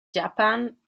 japan